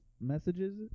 messages